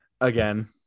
again